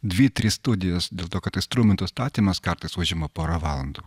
dvi tris studijas dėl to kad istrumento statymas kartais užima porą valandų